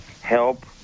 Help